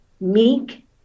meek